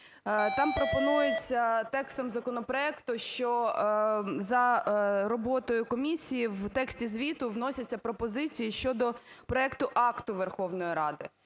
там пропонується текстом законопроекту, що за роботою комісії в тексті звіту вносяться пропозиції щодо проекту акту Верховної Ради.